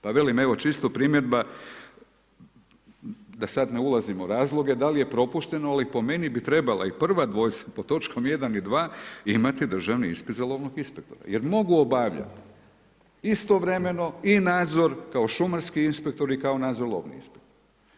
Pa velim evo, čisto primjedba da sad ne ulazim u razloge, da li je propušteno, ali po meni bi trebala i pod točkom 1 i 2 imati državni ispit za lovnog inspektora jer mogu obavljat istovremeno i nadzor kao šumarski inspektor i kao nadzor lovni inspektor.